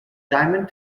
diamond